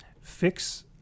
fix